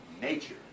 nature